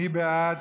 מי בעד?